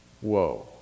Whoa